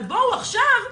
אבל בואו עכשיו,